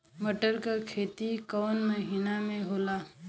मटर क खेती कवन महिना मे होला?